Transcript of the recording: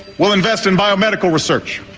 we'll invest in biomedical research,